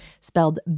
spelled